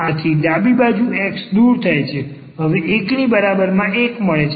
આથી ડાબી બાજુ x દૂર થાય છે હવે 1 ની બરાબરમાં 1 મળે છે